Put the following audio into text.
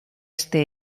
este